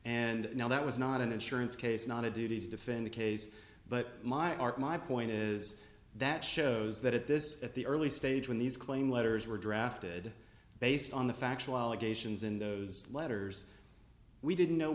and now that was not an insurance case not a duty to defend the case but my art my point is that shows that at this at the early stage when these claim letters were drafted based on the factual allegations in those letters we didn't know